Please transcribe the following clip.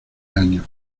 año